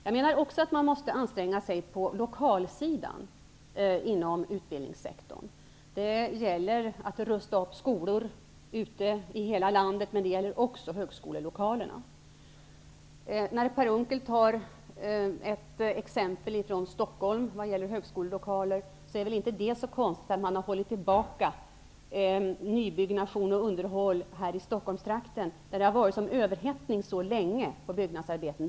Jag menar också att man måste anstränga sig på lokalsidan inom utbildningssektorn. Det gäller att rusta upp skolor i hela landet. Men det gäller också högskolelokalerna. Per Unckel anför ett exempel från Stockholm vad gäller högskolelokaler. Men det är väl inte så konstigt att nybyggnation och underhåll hållits tillbaka i Stockholmstrakten. Här har det ju varit en överhettning mycket länge när det gäller byggnadsarbeten.